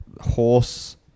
Horse